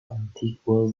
antiguos